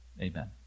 amen